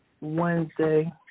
Wednesday